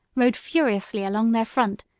rode furiously along their front,